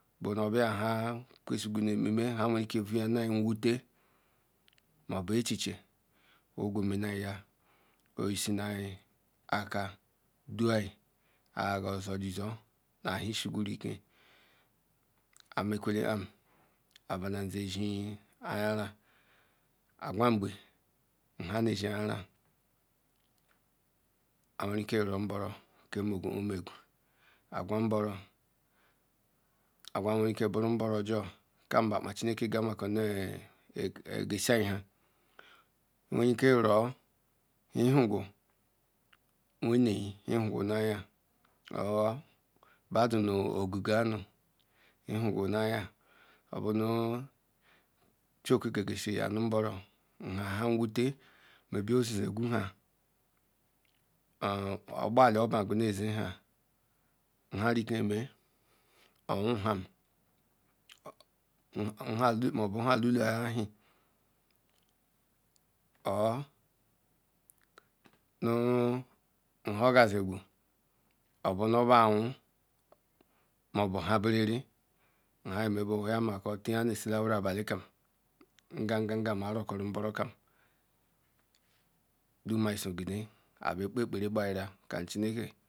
Obia nha kwesara naomame nhawerike vuganami nwuz nwbu ichzdrz ogwcmrnai oyizinaka dual aygazonuzo na dn chgwurdez amekule am abanem zeziz ayara agherngbe hamek ayara qwered honborou kemisu o megu a ghar mbanay nwerbre boru nborem ajo kembu ama chimex Je gazia nha Iwerile huga wenei hiaganuaya or bedu nu egage anu nye huga anaya oqburu chi okke kesiriqa nu nboru ogba nya nreatc moba ozezagunha ogbar all of male nha nha rike mea owu lam moba nha luluachie nu haogazzqa moba na bu quwa moba nhaberere intes nuptmegen tiyamasie nu esilarau abdu kum ngam ngam irokoranboroa kam abe kpcekpere bayira.